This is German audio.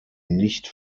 nicht